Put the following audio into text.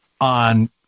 on